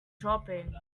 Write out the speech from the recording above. shopping